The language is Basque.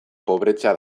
pobretzea